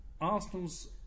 Arsenal's